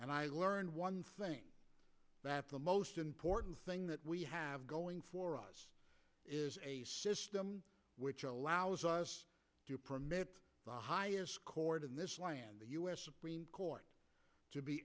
and i learned one thing that the most important thing that we have going for us is a system which allows us to permit the highest court in this land the u s supreme court to be